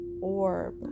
orb